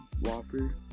Whopper